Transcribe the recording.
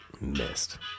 Missed